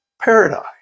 paradise